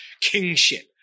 kingship